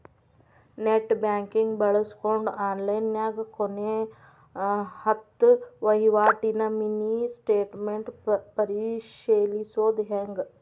net banking ಬಳ್ಸ್ಕೊಂಡ್ ಆನ್ಲೈನ್ಯಾಗ ಕೊನೆ ಹತ್ತ ವಹಿವಾಟಿನ ಮಿನಿ ಸ್ಟೇಟ್ಮೆಂಟ್ ಪರಿಶೇಲಿಸೊದ್ ಹೆಂಗ